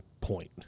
point